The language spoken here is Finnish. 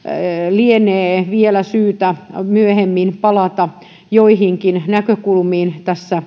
lienee vielä syytä myöhemmin palata joihinkin näkökulmiin